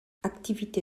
activité